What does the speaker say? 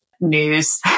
news